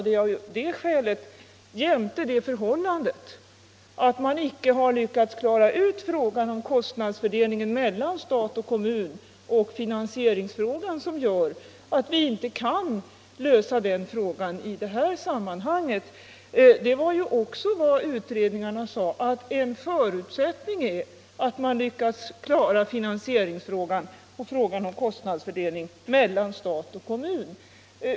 Det är detta —- jämte det förhållandet att man inte har lyckats klara ut frågan om kostnadsfördelningen mellan stat och kommun och finansieringsfrågan — som gör att vi inte kan nå en lösning i detta sammanhang. Det var också vad utredningarna sade: En förutsättning är att man lyckas klara finansieringsfrågan och frågan om kostnadsfördelningen mellan stat och kommun.